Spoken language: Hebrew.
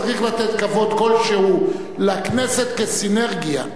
צריך לתת כבוד כלשהו לכנסת כסינרגיה.